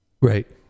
right